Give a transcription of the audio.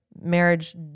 marriage